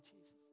Jesus